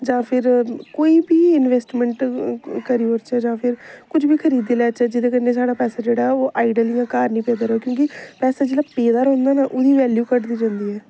जां फिर कोई बी इन्वेस्टमेंट करी ओड़चै जां फिर कुछ बी खरीदी लेचै जेह्दे कन्नै साढ़ा पैसा जेह्ड़ा ऐ ओह् आइडल घर नेईं पेदा र'वै क्योंकि पैसा जेह्ड़ा पेदा रौहंदा ना ओह्दी वैल्यू घटदी जंदी ऐ